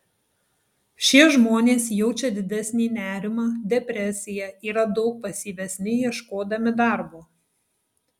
šie žmonės jaučia didesnį nerimą depresiją yra daug pasyvesni ieškodami darbo